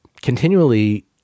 continually